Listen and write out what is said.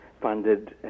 funded